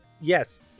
Yes